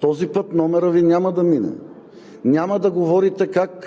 този път номерът Ви няма да мине! Няма да говорите как